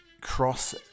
cross